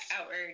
outward